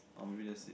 or maybe that's it